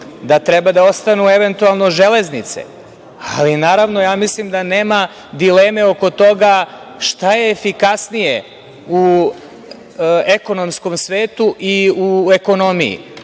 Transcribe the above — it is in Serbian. da treba da ostanu eventualno železnice, ali naravno mislim da nema dileme oko toga šta je efikasnije u ekonomskom svetu i u ekonomiji,